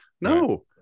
no